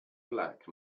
black